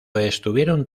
estuvieron